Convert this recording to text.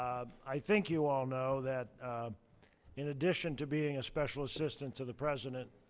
i think you all know that in addition to being a special assistant to the president